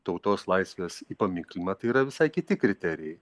tautos laisvės įpaminklinimą tai yra visai kiti kriterijai